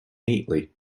neatly